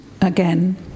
again